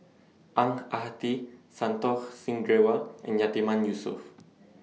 Ang Ah Tee Santokh Singh Grewal and Yatiman Yusof